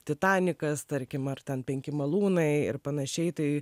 titanikas tarkim ar ten penki malūnai ir panašiai tai